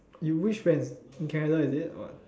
you which friends in Canada is it or what